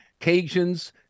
Cajuns